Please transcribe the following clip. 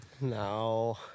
No